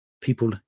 people